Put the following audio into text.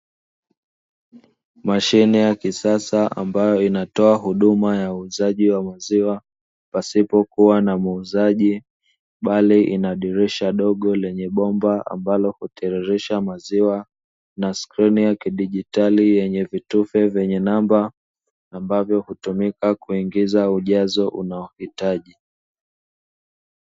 Mashine ya kisasa ambayo inatoa huduma ya uuzaji wa maziwa, pasipokuwa na muuzaji, bali ina dirisha dogo lenye bomba ambalo hutiririsha maziwa, na skrini kidijitali yenye vitufe vyenye namba ambavyo hutumika kuingiza ujazo unaohitaji.